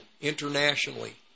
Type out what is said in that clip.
internationally